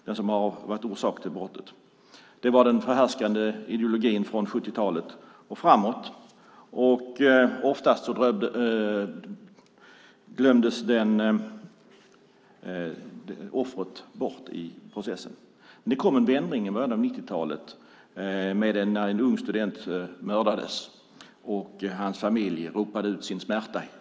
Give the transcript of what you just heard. Det var den förhärskande ideologin från 70-talet och framåt. Oftast glömdes offret bort i processen. Det kom en vändning i början av 90-talet när en ung student mördades och hans familj ropade ut sin smärta.